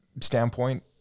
standpoint